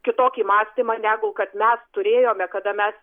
kitokį mąstymą negu kad mes turėjome kada mes